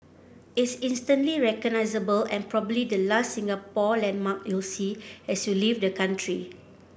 it's instantly recognisable and probably the last Singapore landmark you'll see as you leave the country